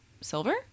silver